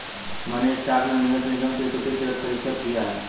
मैंने स्टॉक में निवेश निगम के इक्विटी शेयर खरीदकर किया है